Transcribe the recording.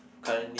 currently